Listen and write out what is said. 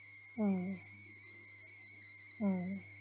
mm mm